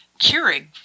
Keurig